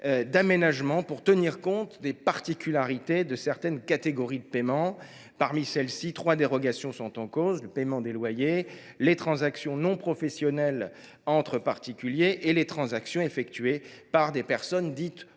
d’aménagements pour tenir compte des particularités de certaines catégories de paiement. Parmi celles ci, trois dérogations sont en cause : le paiement des loyers, les transactions non professionnelles entre particuliers et les transactions effectuées par des personnes dites non bancarisées.